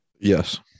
Yes